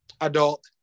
adult